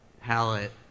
palette